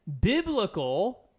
biblical